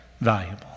valuable